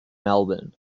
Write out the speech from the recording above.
melbourne